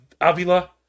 Avila